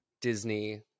Disney